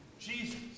Jesus